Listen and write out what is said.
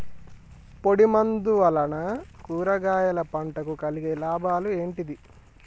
పొడిమందు వలన కూరగాయల పంటకు కలిగే లాభాలు ఏంటిది?